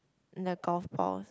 the golf ball